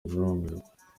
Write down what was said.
barumirwa